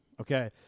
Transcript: Okay